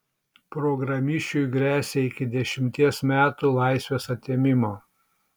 programišiui gresia iki dešimties metų laisvės atėmimo